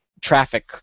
traffic